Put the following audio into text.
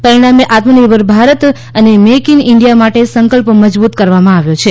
પરિણામે આત્મનિર્ભર ભારત અને મેક ઇન ઇન્ડિયા માટે સંકલ્પ મજબૂત કરવામાં આવ્યો છે